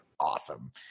awesome